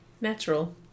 natural